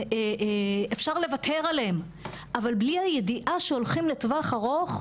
שאפשר לוותר עליהן אבל בלי הידיעה שהולכים לטווח ארוך,